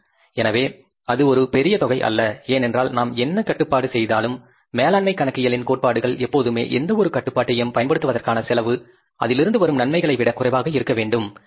எனவே அது ஒரு பெரிய தொகை அல்ல ஏனென்றால் நாம் என்ன கட்டுப்பாடு செய்தாலும் மேலாண்மை கணக்கியலின் கோட்பாடுகள் எப்போதுமே எந்தவொரு கட்டுப்பாட்டையும் பயன்படுத்துவதற்கான செலவு அதிலிருந்து வரும் நன்மைகளை விட குறைவாக இருக்க வேண்டும் இல்லையா